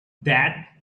that